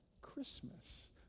Christmas